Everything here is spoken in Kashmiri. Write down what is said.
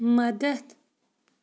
مدتھ